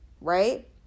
right